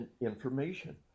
information